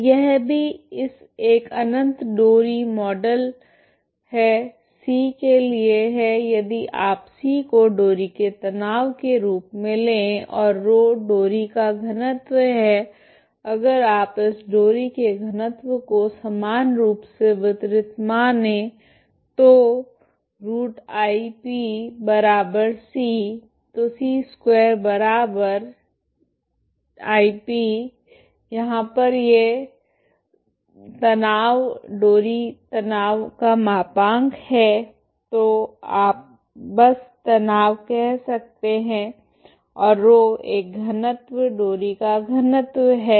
तो यह भी इस एक अनंत डोरी मॉडल है c के लिए है यदि आप c को डोरी के तनाव के रूप मे ले और ρ डोरी का घनत्व है अगर आप इस डोरी के घनत्व को समान रूप से वितरित माने तो √Tρc तो c2Tρ जहां T तनाव डोरी तनाव का मापांक है तो आप बस तनाव कह सकते है और ρ एक घनत्व डोरी का घनत्व है